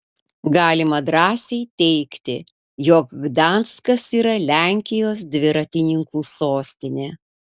galima drąsiai teigti jog gdanskas yra lenkijos dviratininkų sostinė